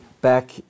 back